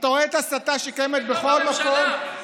אתה רואה את ההסתה שקיימת בכל מה מקום,